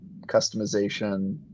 customization